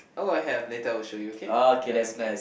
oh I have later I will show you K ya okay